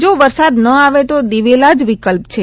જો વરસાદ ન આવે તો દિવેલાં જ વિકલ્પ છે